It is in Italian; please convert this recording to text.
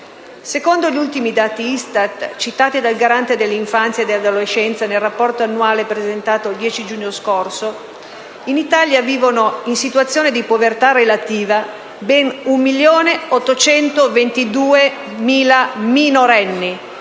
Secondo gli ultimi dati ISTAT citati dal Garante per l'infanzia e l'adolescenza nel rapporto annuale presentato il 10 giugno scorso, in Italia vivono in situazione di povertà relativa ben 1.822.000 minorenni,